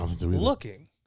looking